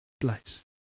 place